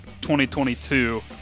2022